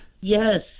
Yes